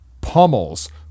pummels